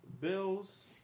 Bills